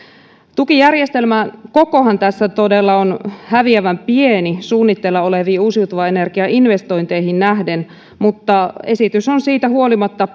tukijärjestelmän kokohan tässä todella on häviävän pieni suunnitteilla oleviin uusiutuvan energian investointeihin nähden mutta esitys on siitä huolimatta